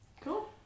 Cool